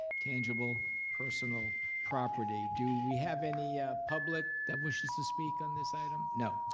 tangible personal property. do we have any public that wishes to speak on this item? no.